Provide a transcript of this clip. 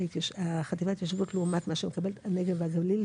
החטיבה להתיישבות לעומת מה שקיבל הנגב והגליל,